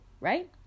right